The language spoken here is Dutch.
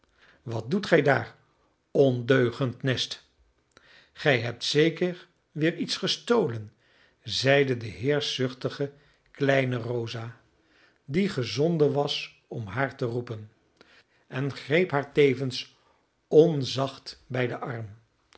wat doet gij daar ondeugend nest gij hebt zeker weer iets gestolen zeide de heerschzuchtige kleine rosa die gezonden was om haar te roepen en greep haar tevens onzacht bij den arm